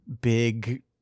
big